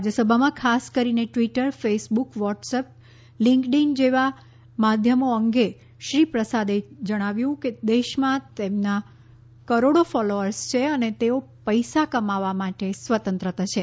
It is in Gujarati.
રાજ્યસભામાં ખાસ કરીને ટ્વિટર ફેસબુક વ્હોટ્સપ અને લિંક્ડઇન જેવાં માધ્યમો અંગે શ્રી પ્રસાદે કહ્યું કે દેશમાં તેમના કરોડો ફોલોઅર્સ છે અને તેઓ પૈસા કમાવા માટે સ્વતંત્ર છે